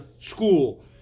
school